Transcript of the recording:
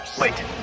Wait